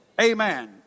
Amen